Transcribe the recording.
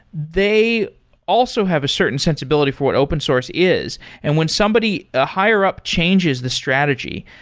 they also have a certain sensibility for what open source is. and when somebody, a higher up, changes the strategy,